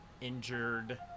injured